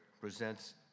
presents